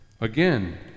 Again